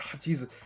Jesus